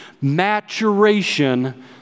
maturation